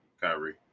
Kyrie